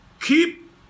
keep